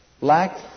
lack